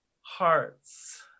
hearts